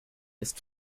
ist